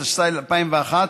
התשס"א 2001,